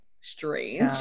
strange